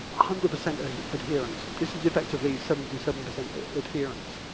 hundred percent ah adherence. this is effectively seventy seven percent adherence.